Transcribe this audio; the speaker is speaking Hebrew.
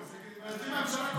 הממשלה הקודמת.